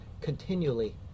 continually